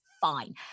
fine